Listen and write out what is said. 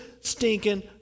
stinking